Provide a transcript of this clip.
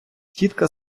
тітка